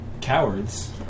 cowards